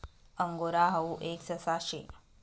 angora हाऊ एक ससा शे